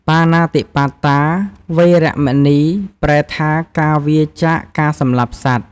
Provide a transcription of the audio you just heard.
បាណាតិបាតា វេរមណី ប្រែថា ការវៀរចាកការសម្លាប់សត្វ។